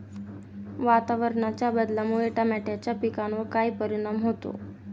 वातावरणाच्या बदलामुळे टमाट्याच्या पिकावर काय परिणाम होतो?